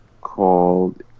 called